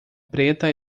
preta